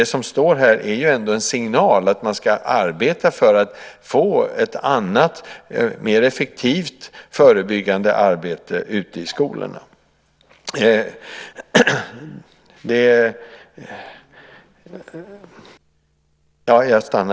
Det som står här är ju ändå en signal om att man ska arbeta för att få ett annat, mer effektivt förebyggande arbete ute i skolorna.